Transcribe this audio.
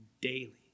Daily